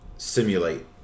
Simulate